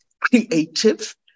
creative